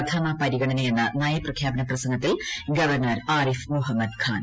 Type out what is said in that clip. പ്രഥമ പരിഗണനയെന്ന് നയപ്രഖ്യാപന പ്രസംഗത്തിൽ ഗവർണർ ആരിഫ് മുഹമ്മദ് ഖാൻ